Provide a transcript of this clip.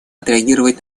отреагировать